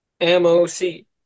M-O-C